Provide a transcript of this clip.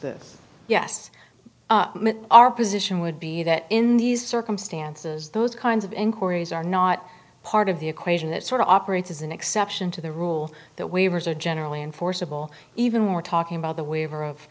the yes our position would be that in these circumstances those kinds of inquiries are not part of the equation that sort of operates as an exception to the rule that waivers are generally enforceable even we're talking about the waiver of